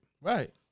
Right